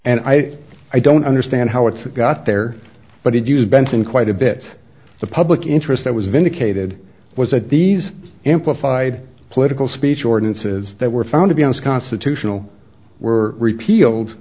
and i i don't understand how it's got there but it used benson quite a bit the public interest that was vindicated was that these import five political speech ordinances that were found to be as constitutional were repealed